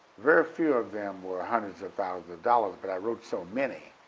very few of them were hundreds of thousands of dollars but i wrote so many.